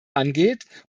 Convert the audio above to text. angeht